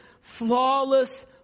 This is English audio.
flawless